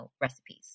recipes